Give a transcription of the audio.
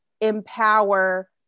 empower